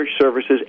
services